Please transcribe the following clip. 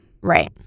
Right